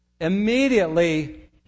Immediately